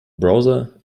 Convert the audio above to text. browser